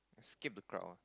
escape the crowd ah